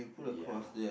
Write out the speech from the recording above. ya